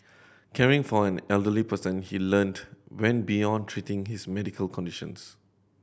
caring for an elderly person he learnt went beyond treating his medical conditions